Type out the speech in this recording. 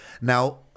Now